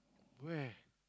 where